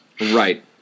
Right